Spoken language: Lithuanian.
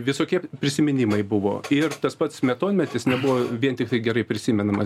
visokie prisiminimai buvo ir tas pats smetonmetis nebuvo vien tiktai gerai prisimenamas